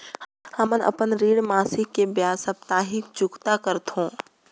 हमन अपन ऋण मासिक के बजाय साप्ताहिक चुकता करथों